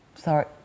sorry